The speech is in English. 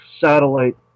satellite